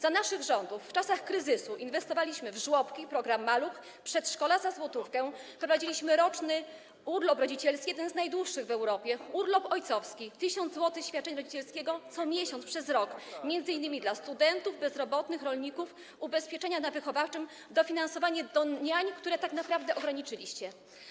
Za naszych rządów w czasach kryzysu inwestowaliśmy w żłobki, program „Maluch”, przedszkola za złotówkę, wprowadziliśmy roczny urlop rodzicielski, jeden z najdłuższych w Europie, urlop ojcowski, 1000 zł świadczenia rodzicielskiego co miesiąc przez rok, m.in. dla studentów, bezrobotnych, rolników, ubezpieczenia na wychowawczym, dofinansowanie niań, które tak naprawdę ograniczyliście.